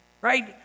Right